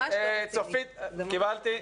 קיבלתי.